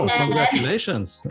congratulations